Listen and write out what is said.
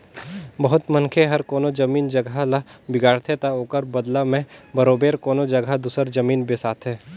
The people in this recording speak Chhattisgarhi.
बहुत मनखे हर कोनो जमीन जगहा ल बिगाड़थे ता ओकर बलदा में बरोबेर कोनो जगहा दूसर जमीन बेसाथे